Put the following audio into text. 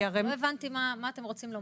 כי הרי -- לא הבנתי מה אתם רוצים לומר.